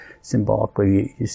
symbolically